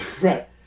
Right